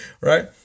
right